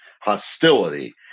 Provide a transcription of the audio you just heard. hostility